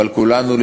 אבל כולנו,